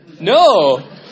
No